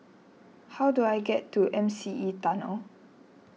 how do I get to M C E Tunnel